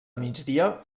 migdia